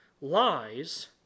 lies